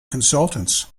consultants